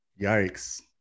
Yikes